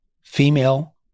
female